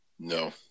No